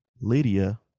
Lydia